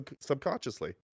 subconsciously